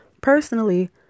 Personally